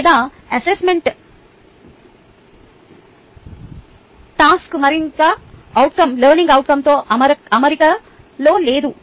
లేదా assessment task learning అవుట్కంతో అమరికలో లేదు